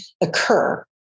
occur